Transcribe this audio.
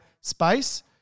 space